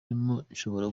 nshobora